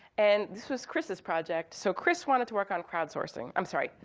and this was chris's project. so chris wanted to work on crowdsourcing. i'm sorry,